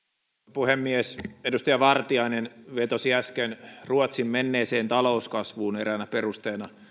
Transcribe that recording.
puhemies edustaja vartiainen vetosi äsken ruotsin menneeseen talouskasvuun eräänä perusteena